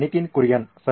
ನಿತಿನ್ ಕುರಿಯನ್ ಸರಿ